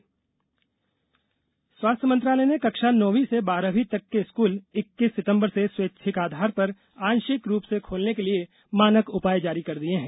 सरकारी स्कूल स्वास्थ्य मंत्रालय ने कक्षा नौवीं से बारहवीं तक के कूल इक्कीस सितंबर से स्वैच्छिक आधार पर आंशिक रूप से खोलने के लिए मानक उपाय जारी कर दिए हैं